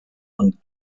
und